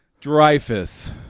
Dreyfus